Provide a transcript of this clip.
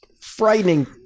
frightening